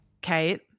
Kate